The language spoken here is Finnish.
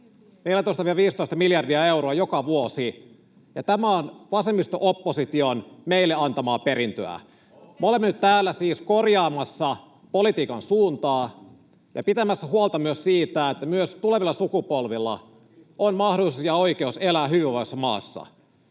14—15 miljardia euroa joka vuosi, ja tämä on vasemmisto-opposition meille antamaa perintöä. Me olemme nyt täällä siis korjaamassa politiikan suuntaa ja pitämässä huolta myös siitä, että myös tulevilla sukupolvilla on mahdollisuus ja oikeus elää hyvinvoivassa maassa.